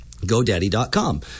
GoDaddy.com